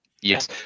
Yes